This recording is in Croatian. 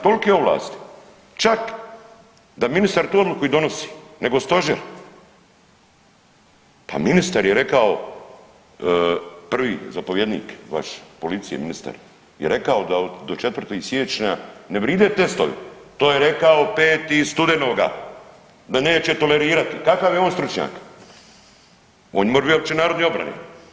Tolike ovlasti, čak da ministar tu odluku i donosi nego stožer, pa ministar je rekao prvi zapovjednik vaš policije, ministar, je rekao da do 4. siječnja ne vride testovi, to je rekao 5. studenoga, da neće tolerirati kakav je on stručnjak, on more bit općenarodne obrane.